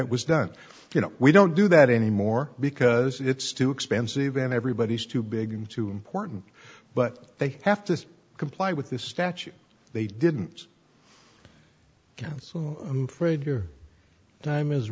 it was done you know we don't do that anymore because it's too expensive and everybody's too big to important but they have to comply with this statute they didn't cancel him for a due time is